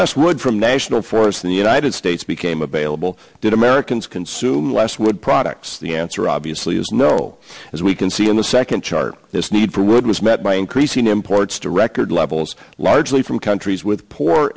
road from national forests in the united states became available did americans consume less wood products the answer obviously is no as we can see in the second chart this need for wood was met by increasing imports to record levels largely from countries with poor